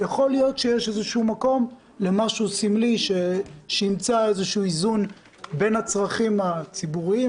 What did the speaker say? יכול להיות שיש מקום למשהו סמלי שימצא איזון בין הצרכים הציבוריים,